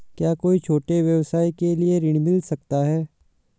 क्या कोई छोटे व्यवसाय के लिए ऋण मिल सकता है?